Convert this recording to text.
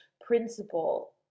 principle